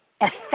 effect